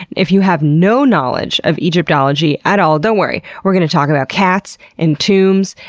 if you have no knowledge of egyptology at all, don't worry, we're gonna talk about cats, and tombs,